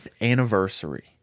anniversary